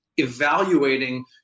evaluating